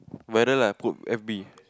weather lah put F_B